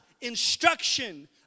instruction